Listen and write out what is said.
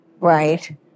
Right